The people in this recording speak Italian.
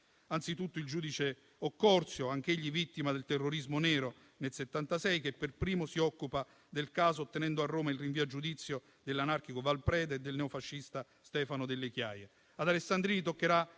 anzitutto il giudice Occorsio, anch'egli vittima del terrorismo nero nel 1976, che per primo si occupa del caso, ottenendo a Roma il rinvio a giudizio della anarchico Valpreda e del neofascista Stefano Delle Chiaie.